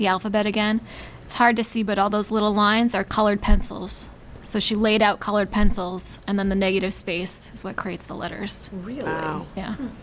the alphabet again it's hard to see but all those little lines are colored pencils so she laid out colored pencils and then the negative space is what creates the letters